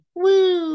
Woo